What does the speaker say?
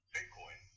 Bitcoin